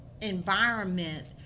environment